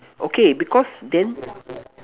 okay because then